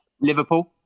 Liverpool